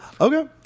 okay